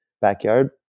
backyard